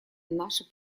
наше